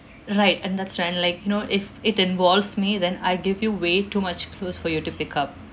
right and that's fine like you know if it involves me then I give you way too much clues for you to pick up